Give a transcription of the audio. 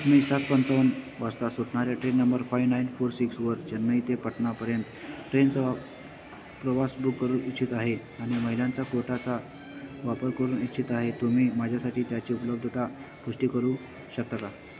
मी सात पंचावन वाजता सुटणाऱ्या train number five nine four सिक्सवर चेन्नई ते पटणापर्यंत ट्रेनचा वा प्रवास बुक करू इच्छित आहे आणि महिलांचा कोटाचा वापर करू इच्छित आहे तुम्ही माझ्यासाठी त्याची उपलब्धता पुष्टी करू शकता का